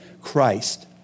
Christ